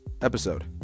episode